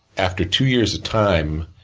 after two years of time,